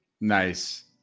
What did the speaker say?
Nice